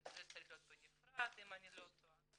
שזה צריך להיות בנפרד, אם אני לא טועה.